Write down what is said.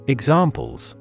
Examples